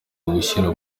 kugushyira